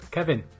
Kevin